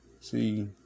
See